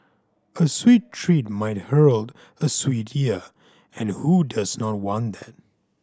a sweet treat might herald a sweet year and who does not want that